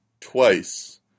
twice